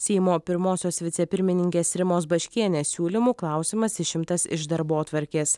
seimo pirmosios vicepirmininkės rimos baškienės siūlymu klausimas išimtas iš darbotvarkės